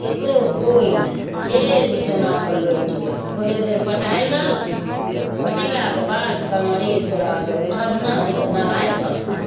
ककरो कोइ नहि फेर बिछौना पर लोटि गेलहुँ थोड़े देर पटायल रहलहुँ पटेलाके बाद कहलहुँ अरे तराके उठब नहि तऽ नहायब कखन